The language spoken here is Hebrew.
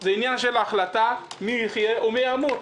זה עניין של החלטה, מי יחיה ומי ימות.